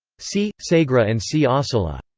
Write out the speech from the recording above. c. segre and c. ossola.